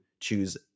Choose